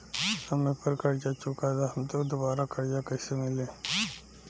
समय पर कर्जा चुका दहम त दुबाराकर्जा कइसे मिली?